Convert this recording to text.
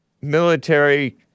military